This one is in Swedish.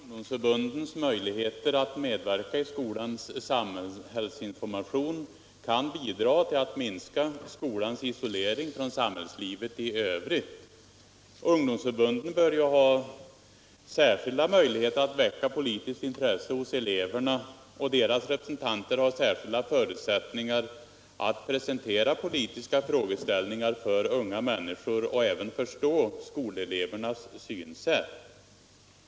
Herr talman! De politiska ungdomsförbundens möjligheter att medverka i skolans samhällsinformation kan bidra till att minska skolans isolering från samhällslivet i övrigt. Ungdomsförbunden bör ju ha särskild möjlighet att väcka politiskt intresse hos eleverna, och deras representanter har särskilda förutsättningar att presentera politiska frågeställningar för unga människor och förstå skolelevernas synsätt.